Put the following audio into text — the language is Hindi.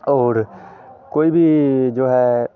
और कोई भी जो है